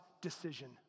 decision